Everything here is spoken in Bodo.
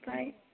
ओमफ्राय